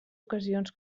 ocasions